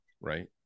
right